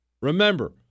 Remember